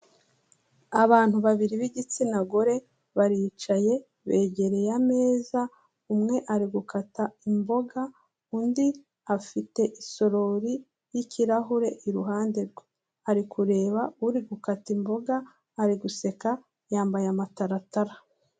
Abantu babiri b'igitsina gore, baricaye, begereye ameza, umwe ari gukata imboga, undi afite isorori y'kirahure iruhande rwe. Ari kureba uri gukata imboga, ari guseka, yambaye amataratara.